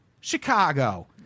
Chicago